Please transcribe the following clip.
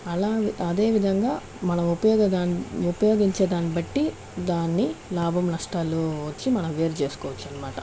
అలా అదే విధంగా మనం ఉపయోగ ఉపయోగించే దాన్ని బట్టి దాన్ని లాభం నష్టాలు వచ్చి మనం వేరు చేసుకోవచ్చు అన్నమాట